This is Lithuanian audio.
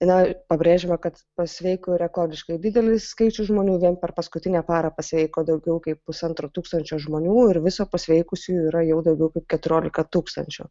na pabrėžiama kad pasveiko rekordiškai didelis skaičius žmonių vien per paskutinę parą pasveiko daugiau kaip pusantro tūkstančio žmonių ir viso pasveikusiųjų yra jau daugiau kaip keturiolika tūkstančių